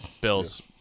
Bills